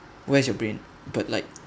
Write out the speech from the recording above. where's your brain but like